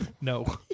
No